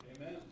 Amen